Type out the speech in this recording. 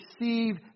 receive